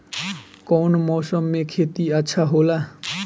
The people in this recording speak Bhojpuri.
कौन मौसम मे खेती अच्छा होला?